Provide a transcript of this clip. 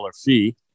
fee